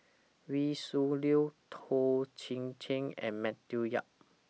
Wee Shoo Leong Toh Chin Chye and Matthew Yap